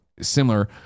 similar